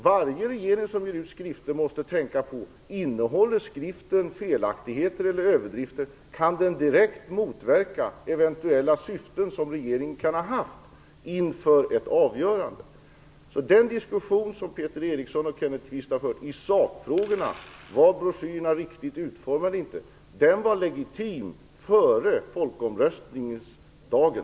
Varje regering som ger ut skrifter måste fundera på om skriften innehåller felaktigheter eller överdrifter och om den kan direkt motverka eventuella syften - som regeringen kan ha haft - inför ett avgörande. Den diskussion om huruvida broschyrerna var riktigt utformade eller inte som Peter Eriksson och Kenneth Kvist har fört i sakfrågorna var legitim före folkomröstningsdagen.